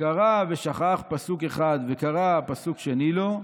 קרא ושכח פסוק אחד, וקרא פסוק שני לו,